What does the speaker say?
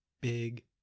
big